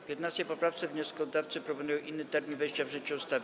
W 15. poprawce wnioskodawcy proponują inny termin wejścia w życie ustawy.